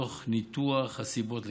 תוך ניתוח הסיבות לכך.